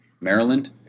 Maryland